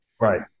Right